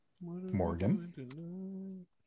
morgan